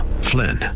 Flynn